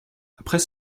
après